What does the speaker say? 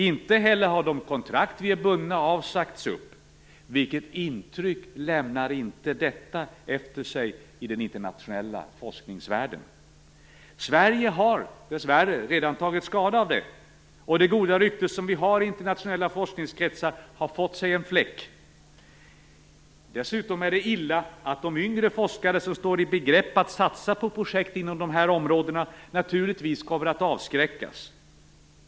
Inte heller har de kontrakt vi är bundna av sagts upp. Vilket intryck ger inte detta i den internationella forskningsvärlden! Sverige har dess värre redan tagit skada av detta. Det goda rykte som vi har i internationella forskningskretsar har fått sig en fläck. Dessutom är det illa att de yngre forskare som står i begrepp att satsa på projekt inom de här områdena naturligtvis kommer att avskräckas.